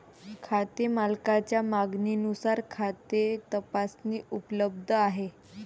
खाते मालकाच्या मागणीनुसार खाते तपासणी उपलब्ध आहे